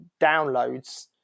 downloads